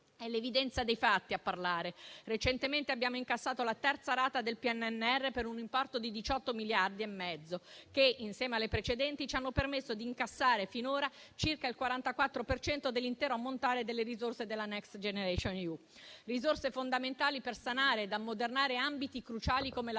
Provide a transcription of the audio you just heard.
È l'evidenza dei fatti a parlare. Recentemente abbiamo incassato la terza rata del PNRR per un importo di 18,5 miliardi, che, insieme alle precedenti, ci hanno permesso di incassare finora circa il 44 per cento dell'intero ammontare delle risorse della Next generation EU, risorse fondamentali per sanare ed ammodernare ambiti cruciali come la